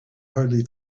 hardly